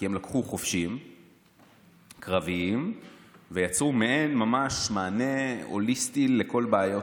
כי הם לקחו חובשים קרביים ויצרו מעין מענה הוליסטי לכל הבעיות,